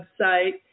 website